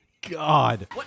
God